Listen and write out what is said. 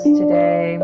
today